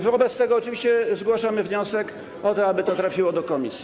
Wobec tego oczywiście zgłaszamy wniosek o to, aby to trafiło do komisji.